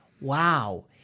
wow